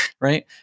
right